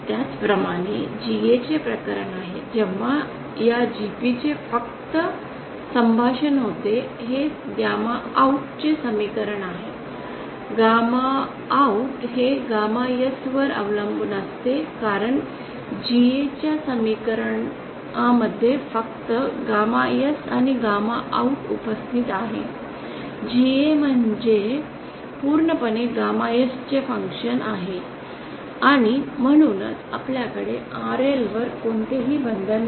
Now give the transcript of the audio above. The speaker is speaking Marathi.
त्याचप्रमाणे GA चे प्रकरण आहे जेव्हा या GP चे फक्त संभाषण होते हे गॅमा OUT चे समीकरण आहे गॅमा OUT हे गामा S वर अवलंबून असते कारण GA च्या समीकरण मध्ये फक्त गामा S आणि गॅमा OUT उपस्थित आहे GA म्हणजे पूर्णपणे गामा S चे फंक्शन आहे आणि म्हणूनच आपल्याकडे RL वर कोणतेही बंधन नाही